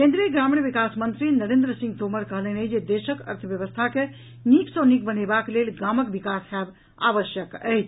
केन्द्रीय ग्रामीण विकास मंत्री नरेन्द्र सिंह तोमर कहलनि अछि जे देशक अर्थव्यवस्था के नीक सँ नीक बनेबाक लेल गामक विकास होयब आवश्यक अछि